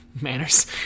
manners